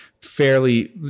fairly